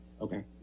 okay